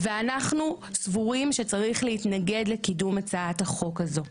ואנחנו סבורים שצריך להתנגד לקידום הצעת החוק הזו.